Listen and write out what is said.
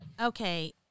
Okay